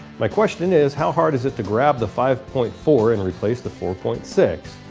my question is, how hard is is to grab the five point four and replace the four point six?